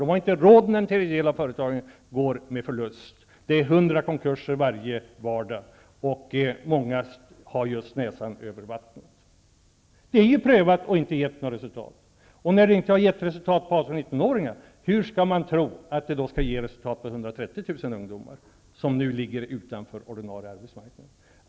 De har inte råd med att en tredjedel av företaget går med förlust. Det är 100 konkurser varje vardag, och många företag har näsan precis över vattnet. Så förslaget är prövat, men det har inte gett något resultat. När det inte gett något resultat på 18--19-åringarna, hur skall man tro att det kan ge resultat på 130 000 ungdomar som ligger utanför den ordinarie arbetsmarknaden?